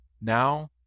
Now